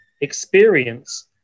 experience